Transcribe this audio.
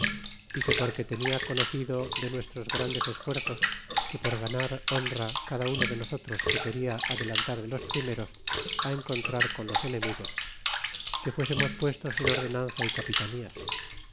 y que porque tenia conocido de nuestros grandes esfuerzos que por ganar honra cada uno de nosotros se quena adelantar de los primeros encontrar con los enemigos que fuésemos puestos en ordenanza y capitanías